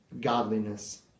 godliness